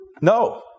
No